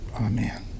Amen